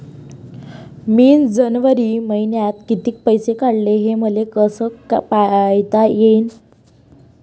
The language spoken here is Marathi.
मिन जनवरी मईन्यात कितीक पैसे काढले, हे मले कस पायता येईन?